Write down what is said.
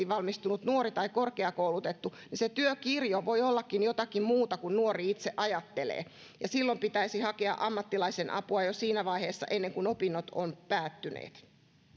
valmistunut nuori tai korkeakoulutettu niin se työkirjo voi ollakin jotakin muuta kuin nuori itse ajattelee ja silloin pitäisi hakea ammattilaisen apua jo siinä vaiheessa ennen kuin opinnot ovat päättyneet